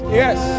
yes